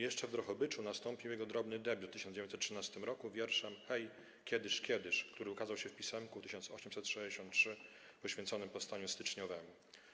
Jeszcze w Drohobyczu nastąpił jego drobny debiut w 1913 r. wierszem „Hej, kiedyż, kiedyż”, który ukazał się w pisemku „1863” poświęconym powstaniu styczniowemu.